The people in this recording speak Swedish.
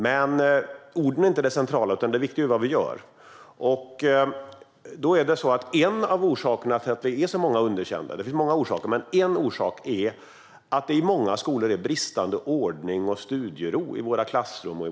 Men orden är inte det centrala, utan det viktiga är vad vi gör. Det finns många orsaker till att det är så många underkända, men en av dem är att det i många skolor är bristande ordning och studiero i klassrummen.